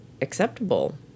acceptable